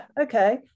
okay